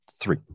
three